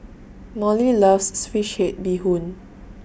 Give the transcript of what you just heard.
Mollie loves Fish Head Bee Hoon